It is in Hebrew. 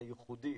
זה ייחודי,